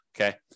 okay